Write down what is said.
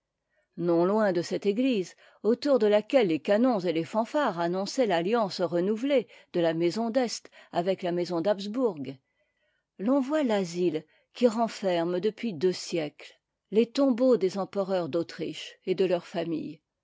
non loin de cette église autour de laquelle les canons et les fanfares annonçaient t'atliance renouvelée de la maison d'est avec la maison d'habsbourg l'on voit l'asile qui renferme depuis deux siècles les tombeaux des empereurs d'autriche et de leur famille